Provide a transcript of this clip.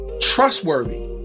Trustworthy